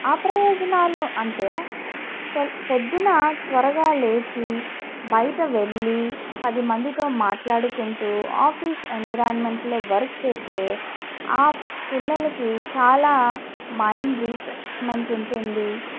అప్రయోజనాలు అంటే త పొద్దునా త్వరగా లేచి బయటికి వెళ్ళి పది మందితో మాట్లాడుకుంటూ ఆఫీస్ ఎన్విరాన్మెంట్లో వర్క్ చేస్తే ఆ పిల్లలకి చాలా మైండ్ రీఫ్రెష్మెంట్ ఉంటుంది